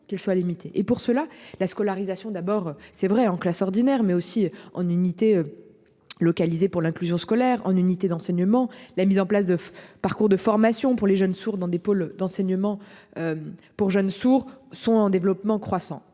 et pour cela la scolarisation d'abord. C'est vrai en classe ordinaire mais aussi en unité. Localisée pour l'inclusion scolaire en unités d'enseignement. La mise en place de parcours de formation pour les jeunes sourds dans des pôles d'enseignement. Pour jeunes sourds sont en développement croissant